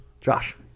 Josh